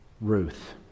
Ruth